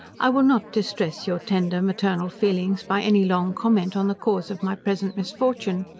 i will not distress your tender maternal feelings by any long comment on the cause of my present misfortune.